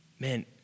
Man